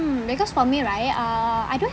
because for me right uh I don't have